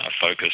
focus